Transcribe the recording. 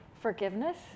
forgiveness